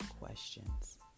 questions